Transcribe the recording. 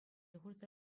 хурса